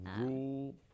rule